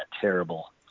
terrible